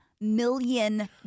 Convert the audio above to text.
million